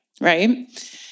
right